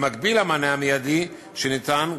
במקביל למענה המיידי שניתן,